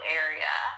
area